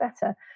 better